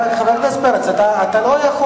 תפסיק עם החוצפה שלך.